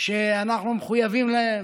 שאנחנו מחויבים להם,